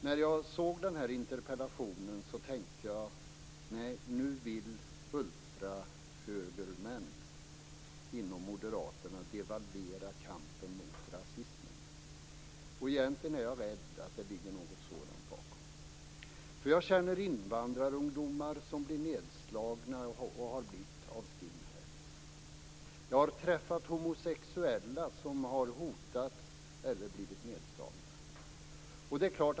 När jag såg den här interpellationen tänkte jag: Nu vill ultrahögermän inom Moderaterna devalvera kampen mot rasismen. Egentligen är jag rädd att ligger något sådan bakom. Jag känner invandrarungdomar som har blivit nedslagna av skinheads. Jag har träffat homosexuella som har hotats eller blivit nedslagna.